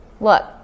look